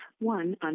one